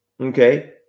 Okay